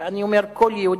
אלא אני אומר: כל יהודי,